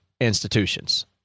institutions